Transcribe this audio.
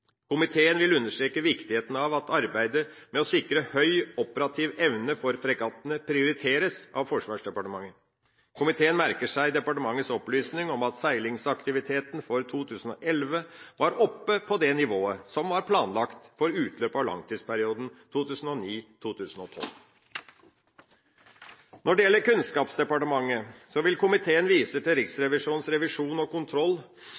Komiteen vil understreke viktigheten av at arbeidet med å sikre høy operativ evne for fregattene prioriteres av Forsvarsdepartementet. Komiteen merker seg departementets opplysning om at seilingsaktiviteten for 2011 var oppe på det nivået som var planlagt for utløpet av langtidsperioden 2009–2012. Når det gjelder Kunnskapsdepartementet, vil komiteen vise til Riksrevisjonens revisjon og kontroll